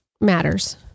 matters